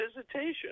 visitation